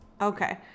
Okay